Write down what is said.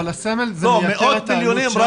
אבל הסמל מייקר את העלות שם,